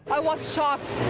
i was shocked.